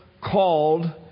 called